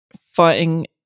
fighting